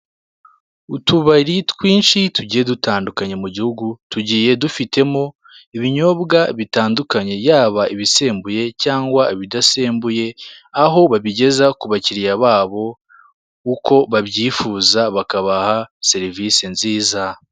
Utubari twinshi tugiye dutandukanye mu gihugu tugiye dufitemo ibinyobwa bitandukanye yaba ibisembuye cyangwa ibidasembuye, aho babigeza ku bakiriya babo uko babyifuza bakabaha serivisi nziza.